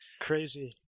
Crazy